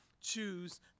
Choose